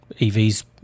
EV's